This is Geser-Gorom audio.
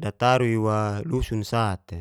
dataru i'wa lusun sa'te.